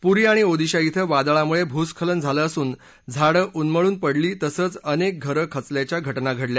पूरी आणि ओदिशा कें वादळामुळे भूस्खलन झालं असून झाडं उन्मळून पडली तसंच अनेक घरं खचल्याच्या घटना घडल्या